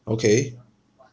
okay